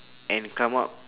and come up